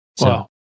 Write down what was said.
Wow